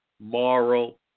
moral